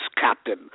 captain